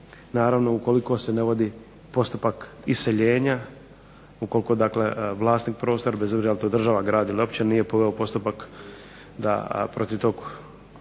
naravno ukoliko se ne vodi postupak iseljenja, ukoliko dakle vlasnik prostora, bez obzira je li to država, grad ili općina nije poveo postupak da, protiv tog